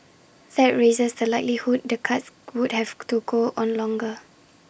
that raises the likelihood the cuts would have to go on longer